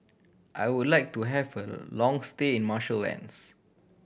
I would like to have a long stay in Marshall Islands